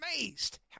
amazed